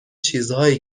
چیزهایی